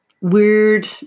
weird